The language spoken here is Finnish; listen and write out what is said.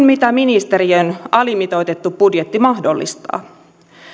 mitä ministeriön alimitoitettu budjetti mahdollistaa